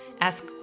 ask